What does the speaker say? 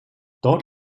dort